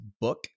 book